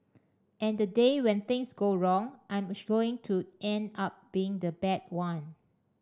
and the day when things go wrong I'm going to end up being the bad one